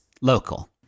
local